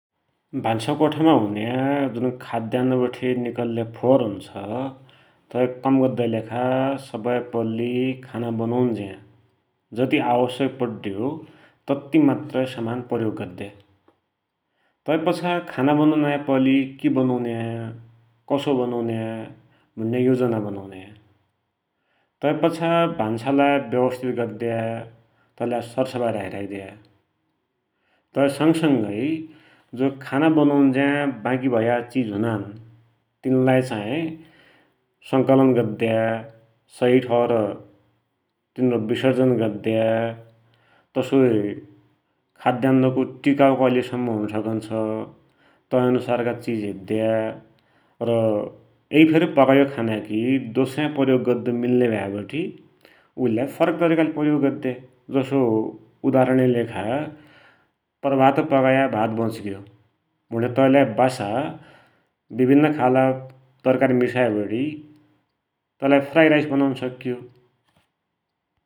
भान्साकोठामा हुन्या जु खाद्यान्न बठे निकल्या फोहर हुन्छ, तै कम गद्दाकी सपहै पैल्ली खाना बनुन्ज्या जति आवश्यक पड्यो तत्ति मात्र सामान प्रयोग गद्या । तैपाछा खाना बनुनहै पैल्ली कि बनुन्या, कसो बनुन्या, योजना बनुन्या । तैपाछा भान्सालाई व्यावस्थित गद्या, तैलाइ सरसफाई राखिराख्द्या, तै संगसंगै जो खाना बनुन्ज्या बाँकी रया चिज हुनान् तिनलाई चाही संकलन गद्या, सही ठौर तनरो विषर्जन गद्या । तसोइ खाद्यान्नको टिकाउ कैल सम्म होइ सकुन्छ तै अन्सारका चिज हेद्या, र एक फेर पकायो खाना दोस्र्या प्रयोग गर्दु मिल्या भ्यावटी उइलाई फरक तरिकाले प्रयाग गद्या । तसो उदारणकि लेखा पर्भात पकायो भात बचिग्यो, भुण्या तैलाइ वासा विभिन्न खालका तरकारी मिसाइवटी तैलाई फ्राइ राइस बनुन सक्यो ।